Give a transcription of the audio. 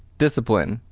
discipline.